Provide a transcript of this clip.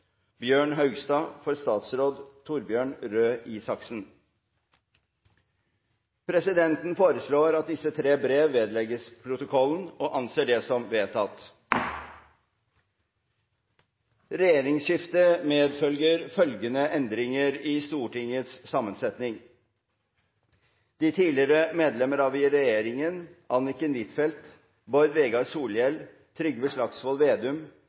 Bjørn Haugstad, for statsråd Torbjørn Røe Isaksen.» Presidenten foreslår at disse tre brev vedlegges protokollen – og anser det som vedtatt. Regjeringsskiftet medfører følgende endringer i Stortingets sammensetning: De tidligere medlemmer av regjeringen, Anniken Huitfeldt, Bård Vegar Solhjell, Trygve Slagsvold Vedum,